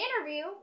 interview